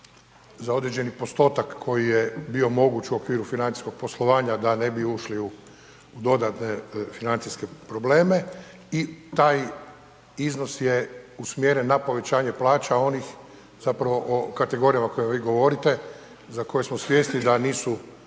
za određeni postotak koji je bio moguć u okviru financijskog poslovanja da ne bi ušli u dodatne financijske probleme i taj iznos je usmjeren na povećanje plaća kategorijama za koje vi govorite za koje smo svjesni da nisu